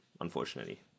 unfortunately